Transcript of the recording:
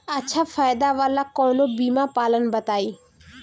अच्छा फायदा वाला कवनो बीमा पलान बताईं?